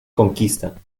conquista